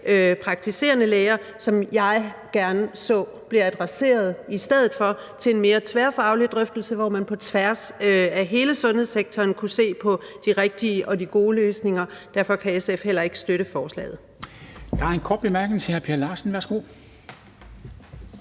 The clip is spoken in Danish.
praktiserende læger, som jeg i stedet for gerne så blev adresseret til en mere tværfaglig drøftelse, hvor man på tværs af hele sundhedssektoren kunne se på de rigtige og de gode løsninger. Derfor kan SF heller ikke støtte forslaget.